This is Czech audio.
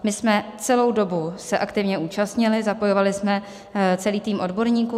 My jsme se celou dobu aktivně účastnili, zapojovali jsme k tomu celý tým odborníků.